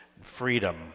freedom